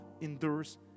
endures